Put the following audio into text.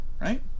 right